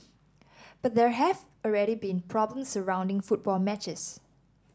but there have already been problems surrounding football matches